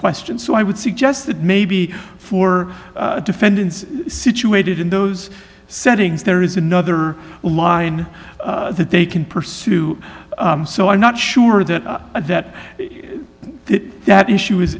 question so i would suggest that maybe for defendants situated in those settings there is another line that they can pursue so i'm not sure that that that issue